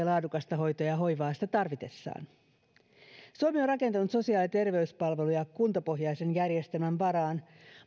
laadukasta hoitoa ja hoivaa sitä tarvitessaan suomi on rakentanut sosiaali ja terveyspalveluja kuntapohjaisen järjestelmän varaan